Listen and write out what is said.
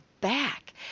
back